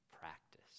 practice